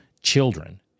children